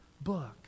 book